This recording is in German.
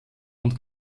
und